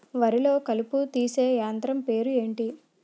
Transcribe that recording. వరి లొ కలుపు తీసే యంత్రం పేరు ఎంటి?